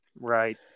Right